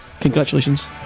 Congratulations